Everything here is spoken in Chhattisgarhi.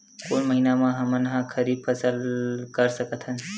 कोन महिना म हमन ह खरीफ फसल कर सकत हन?